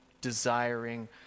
desiring